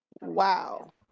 Wow